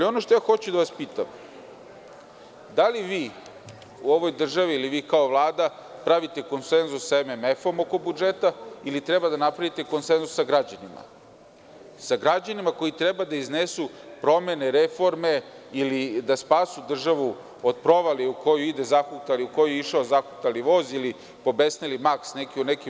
Ono što hoću da vas pitam jeste da li vi u ovoj državi ili vi kao Vlada pravite konsenzus sa MMF-om oko budžeta ili treba da napravite konsenzus sa građanima, koji treba da iznesu promene, reforme ili da spasu državu od provalije u koju idu i u koju je išao zahuktali voz ili pobesneli Maks u nekim ludačkim kolima?